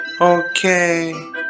Okay